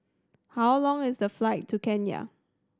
how long is the flight to Kenya